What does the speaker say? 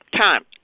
time